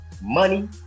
money